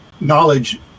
knowledge